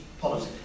policy